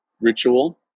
ritual